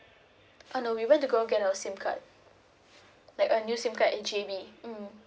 uh no we went to go and get our SIM card like a new SIM card in J_B mm